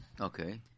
Okay